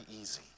easy